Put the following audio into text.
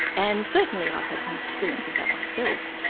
and certainly i've had some experience of that myself,